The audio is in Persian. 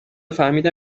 فهمیدم